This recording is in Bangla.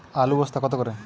আলু কত করে বস্তা?